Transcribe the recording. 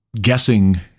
guessing